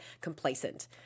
complacent